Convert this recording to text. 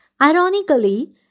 Ironically